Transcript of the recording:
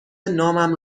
نامم